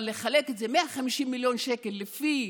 אבל לחלק את זה 150 מיליון שקל לפי